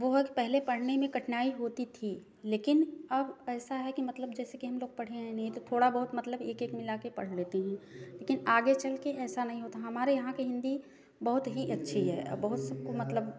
बहुत पहले पढ़ने में कठिनाई होती थी लेकिन अब ऐसा है कि मतलब जैसे कि हम लोग पढ़ें ही नहीं हैं तो थोड़ा बहुत मतलब एक एक मिला के पढ़ लेते हैं लेकिन आगे चल के ऐसा नहीं होता है हमारे यहाँ के हिंदी बहुत ही अच्छी है बहुत शुद्ध मतलब